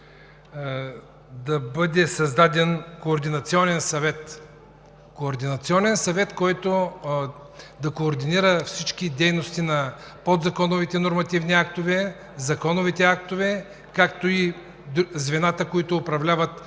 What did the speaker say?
да бъде създаден Координационен съвет, който да координира всички дейности на подзаконовите нормативни актове, законовите актове, както и звената, които управляват